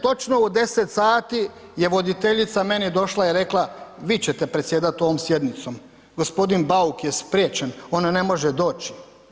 Točno u 10 sati je voditeljica meni došla i rekla vi ćete predsjedati ovom sjednicom, gospodin Bauk je spriječen on ne može doći.